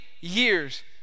years